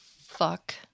Fuck